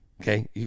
Okay